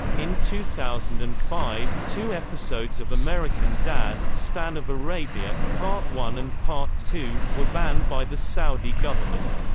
in two thousand and five, two episodes of american dad, stan of arabia part one and part two, were banned by the saudi government.